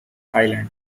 thailand